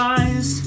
eyes